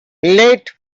let